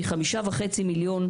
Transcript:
מחמישה וחצי מיליון,